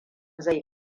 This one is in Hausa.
zai